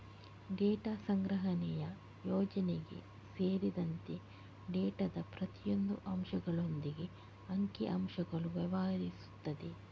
data ಸಂಗ್ರಹಣೆಯ ಯೋಜನೆ ಸೇರಿದಂತೆ ಡೇಟಾದ ಪ್ರತಿಯೊಂದು ಅಂಶಗಳೊಂದಿಗೆ ಅಂಕಿ ಅಂಶಗಳು ವ್ಯವಹರಿಸುತ್ತದೆ